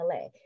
LA